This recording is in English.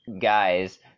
guys